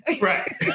Right